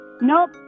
Nope